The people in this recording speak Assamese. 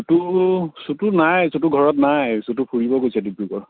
চুটো চুটো নাই চুটো ঘৰত নাই চুটো ফুৰিব গৈছে ডিব্ৰুগড়